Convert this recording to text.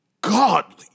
godly